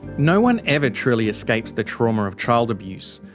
no one ever truly escapes the trauma of child abuse,